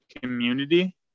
community